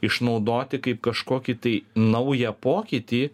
išnaudoti kaip kažkokį tai naują pokytį